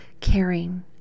caring